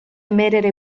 mehrere